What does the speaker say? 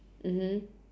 mmhmm